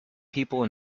people